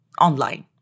online